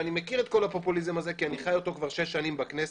ואני מכיר את הפופוליזם הזה כי אני חי אותו כבר שש שנים בכנסת